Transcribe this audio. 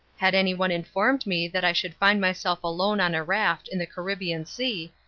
had anyone informed me that i should find myself alone on a raft in the caribbean sea,